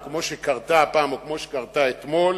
כמו שקרתה הפעם או שכמו שקרתה אתמול,